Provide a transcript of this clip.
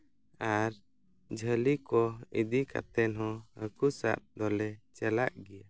ᱟᱨ ᱡᱷᱟᱹᱞᱤ ᱠᱚ ᱤᱫᱤ ᱠᱟᱛᱮᱫ ᱦᱚᱸ ᱦᱟᱹᱠᱩ ᱥᱟᱵ ᱫᱚᱞᱮ ᱪᱟᱞᱟᱜ ᱜᱮᱭᱟ